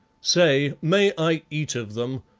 say, may i eat of them,